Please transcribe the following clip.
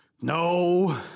no